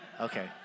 Okay